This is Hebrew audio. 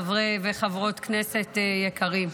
חברי וחברות כנסת יקרים,